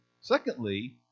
secondly